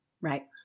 Right